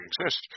exist